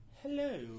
Hello